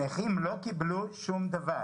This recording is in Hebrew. הנכים לא קיבלו שום דבר,